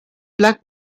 black